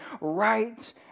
right